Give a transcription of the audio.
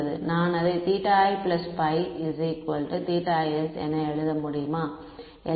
நான் அதை i s என எழுத முடியுமா